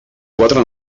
quatre